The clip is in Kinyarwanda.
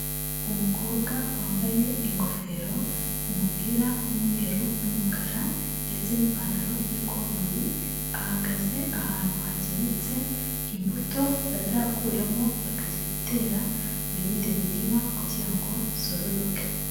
Umukobwa wambaye ingofero, umupira w'umweru n'umukara ndetse n'ipantaro y'ikoboyi, ahagaze ahantu hagemetse imbuto bazakuramo bakajya gutera mu yindi mirima kugira ngo zororoke.